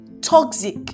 toxic